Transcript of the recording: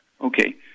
Okay